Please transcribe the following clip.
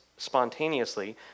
spontaneously